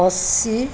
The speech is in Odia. ଅଶୀ